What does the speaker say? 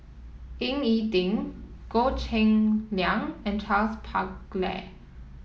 Ying E Ding Goh Cheng Liang and Charles Paglar